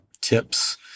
tips